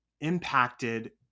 impacted